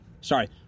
sorry